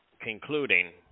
concluding